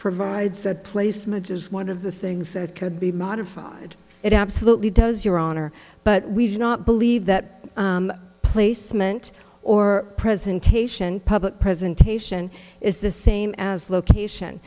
provides that placement is one of the things that could be modified it absolutely does your honor but we do not believe that placement or presentation public presentation is the same as location